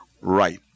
Right